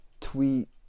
tweet